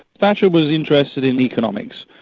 thatcher was interested in economics,